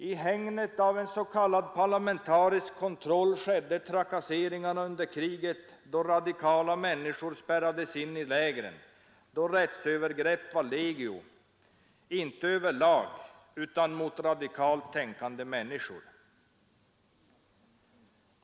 I hägnet av en s.k. parlamentarisk kontroll skedde trakasserierna under kriget, då radikala människor spärrades in i lägren, då rättsövergreppen var legio — inte mot alla, men mot radikalt tänkande människor.